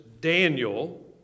Daniel